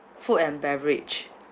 food and beverage